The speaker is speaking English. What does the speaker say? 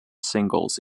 singles